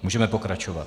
Můžeme pokračovat.